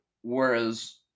Whereas